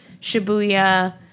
Shibuya